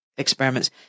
experiments